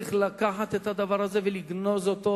צריך לקחת את הדבר הזה ולגנוז אותו,